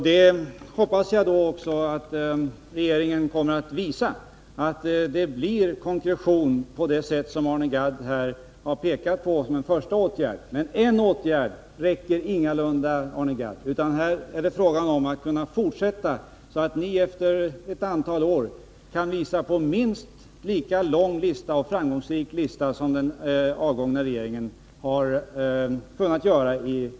Jag hoppas att regeringen kommer att visa att det blir en konkretisering på det sätt som Arne Gadd har pekat på som en första åtgärd. Men en åtgärd räcker ingalunda, Arne Gadd. Det är fråga om att fortsätta så att ni om ett antal år kan visa på en minst lika lång lista på framgångsrika åtgärder som den förra regeringen kan göra.